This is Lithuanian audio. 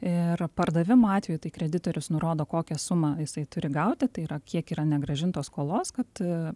ir pardavimo atveju tai kreditorius nurodo kokią sumą jisai turi gauti tai yra kiek yra negrąžintos skolos kad